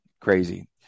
crazy